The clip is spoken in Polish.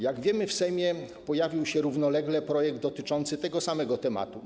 Jak wiemy, w Sejmie pojawił się równolegle projekt dotyczący tego samego tematu.